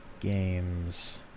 games